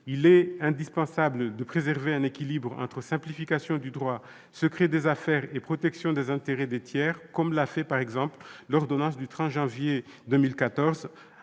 Il est indispensable de préserver un équilibre entre simplification du droit, secret des affaires et protection des intérêts des tiers, comme l'a fait, par exemple, l'ordonnance du 30 janvier 2014